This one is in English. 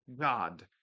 God